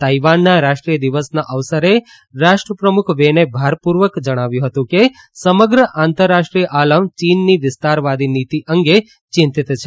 તાઇવાનના રાષ્ટ્રીય દિવસના અવસરે રાષ્ટ્રપ્રમુખ વેને ભારપૂર્વક કહ્યું હતું કે સમગ્ર આંતરરાષ્ટ્રીયઆલમ ચીનની વિસ્તારવાદી નીતિ અંગે ચિંતીત છે